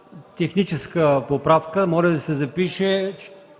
техническа поправка. Моля да се запише: